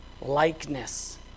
Likeness